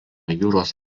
jūros